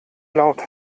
laut